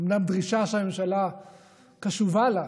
אומנם דרישה שהממשלה קשובה לה,